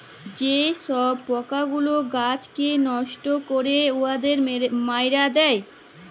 যে ছব পকাগুলা গাহাচকে লষ্ট ক্যরে উয়াদের মাইরে দেয়